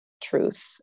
truth